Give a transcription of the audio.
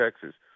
Texas